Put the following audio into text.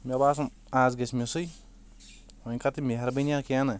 مےٚ باسان آز گژھہِ مسٕے وۄنۍ کر تہٕ مہربٲنیا کینٛہہ نا